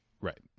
Right